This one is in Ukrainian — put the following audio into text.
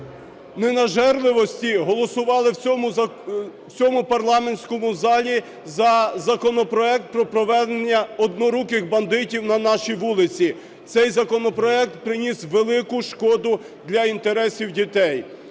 ненажерливості голосували в цьому парламентському залі за законопроект про повернення "одноруких бандитів" на наші вулиці. Цей законопроект приніс велику шкоду для інтересів дітей.